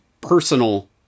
personal